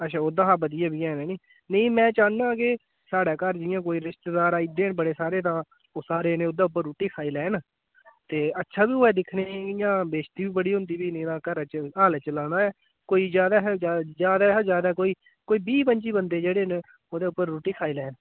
अच्छा ओह्दे शा बधिया बि हैन नी मै चाह्न्नां के स्हाड़े घर जियां कोई रिश्तेदार आइयै बड़े सारे तां ओह् सारे जने ओह्दे पर रुट्टी खाई लैन ते अच्छा बी होऐ दिक्खने इयां बेस्ती बी बड़ी होंदी बी तां घरै च हाल च लाना ऐ कोई ज्यादा हा ज्यादा ज्यादा हा ज्यादा कोई कोई बीह् पंंजी बंदे जेह्ड़े न ओह्दे उप्पर रुट्टी खाई लैन